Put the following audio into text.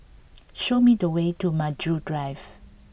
show me the way to Maju Drive